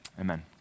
Amen